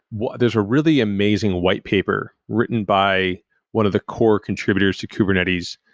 there's a really amazing white paper written by one of the core contributors to kubernetes,